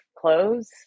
clothes